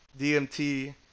DMT